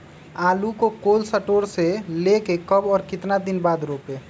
आलु को cold store से ले के कब और कितना दिन बाद रोपे?